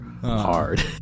hard